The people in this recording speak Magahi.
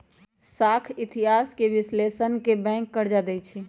साख इतिहास के विश्लेषण क के बैंक कर्जा देँई छै